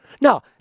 Now